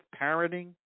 parenting